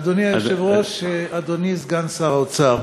אדוני היושב-ראש, אדוני סגן שר האוצר,